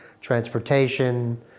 transportation